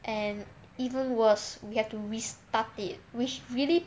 and even worse we have to restart it which really